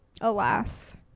alas